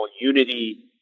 unity